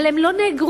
אבל הם לא נאגרו,